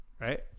Right